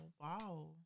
wow